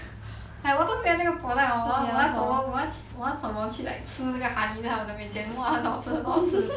like 我都没有这个 product hor then 我要怎么我要怎么去 like 吃这个 honey 在他们的面前 like !wah! 很好吃很好吃